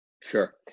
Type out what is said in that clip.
Sure